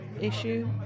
issue